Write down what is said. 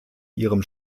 ihrem